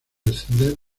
descender